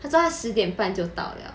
他说他十点半就到了